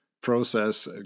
process